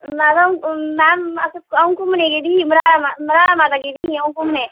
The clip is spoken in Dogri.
में ना मै'म अस अ'ऊं घूमने गेदी ही मराह्ड़ा मराह्ड़ा माता गेदी ही अ'ऊं घूमने ई